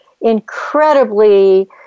incredibly